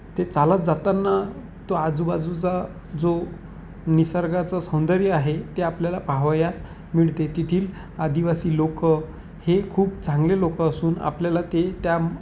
ते चालत जाताना तो आजूबाजूचा जो निसर्गाचं सौंदर्य आहे ते आपल्याला पाहावयास मिळते तेथील आदिवासी लोक हे खूप चांगले लोक असून आपल्याला ते त्या